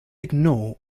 ignore